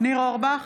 ניר אורבך,